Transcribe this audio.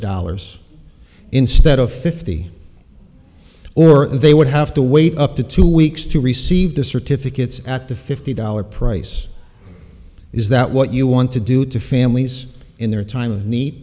dollars instead of fifty or they would have to wait up to two weeks to receive the certificates at the fifty dollar price is that what you want to do to families in their time of ne